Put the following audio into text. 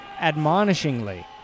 admonishingly